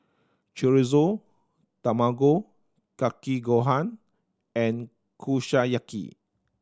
Chorizo Tamago Kake Gohan and Kushiyaki